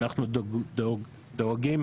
שאנחנו דואגים